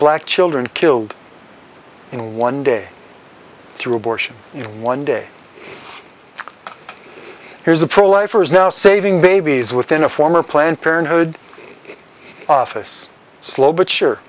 black children killed in one day through abortion in one day here's a pro lifer is now saving babies within a former planned parenthood office slow but sure